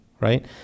right